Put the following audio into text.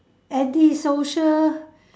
anti social